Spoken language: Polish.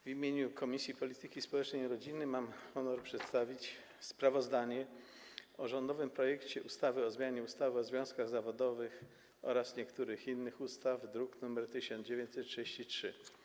W imieniu Komisji Polityki Społecznej i Rodziny mam honor przedstawić sprawozdanie o rządowym projekcie ustawy o zmianie ustawy o związkach zawodowych oraz niektórych innych ustaw, druk nr 1933.